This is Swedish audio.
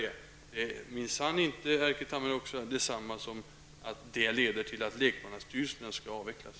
Det betyder minsann inte, Erkki Tammenoksa, att lekmannastyrelserna skall avvecklas.